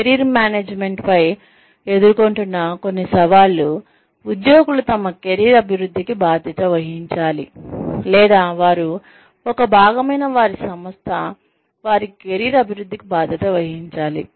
career మేనేజ్మెంట్పై ఎదుర్కొంటున్న కొన్ని సవాళ్లు ఉద్యోగులు తమ కెరీర్ అభివృద్ధికి బాధ్యత వహించాలి లేదా వారు ఒక భాగమైన వారి సంస్థ వారి కెరీర్ అభివృద్ధికి బాధ్యత వహించాలి